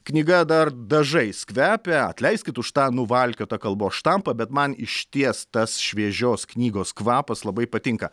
knyga dar dažais kvepia atleiskit už tą nuvalkiotą kalbos štampą bet man išties tas šviežios knygos kvapas labai patinka